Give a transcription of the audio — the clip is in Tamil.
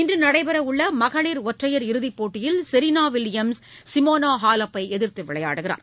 இன்று நடைபெற உள்ள மகளிர் ஒற்றையர் இறுதிப்போட்டியில் செரினா வில்லியம்ஸ் சிமோனா ஹாலக் ஐ எதிர்த்து விளையாடுகிறார்